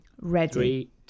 Ready